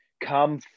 come